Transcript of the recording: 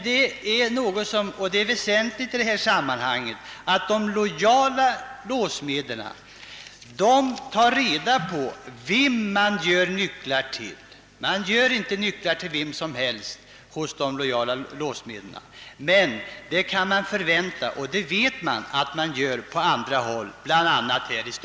De lojala låssmederna tar reda på vem de gör nycklar till, de gör inte nycklar till vem som helst.